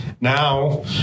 now